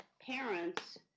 parents